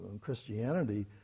Christianity